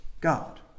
God